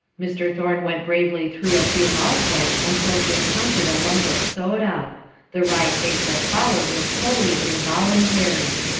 mr. thorne went bravely through a few mouthfuls until he encountered a lump of soda the wry face that followed was wholly involuntary.